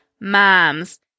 moms